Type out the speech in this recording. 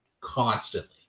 constantly